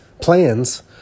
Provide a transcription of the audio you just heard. plans